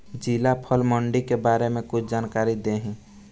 जिला फल मंडी के बारे में कुछ जानकारी देहीं?